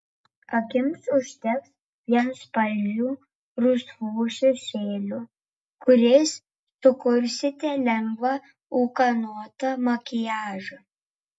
akims užteks vienspalvių rusvų šešėlių kuriais sukursite lengvą ūkanotą makiažą